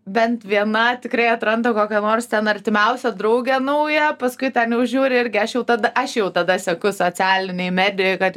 bent viena tikrai atranda kokią nors ten artimiausią draugę naują paskui ten jau žiūri irgi aš jau tada aš jau tada seku socialinėj medijoj kad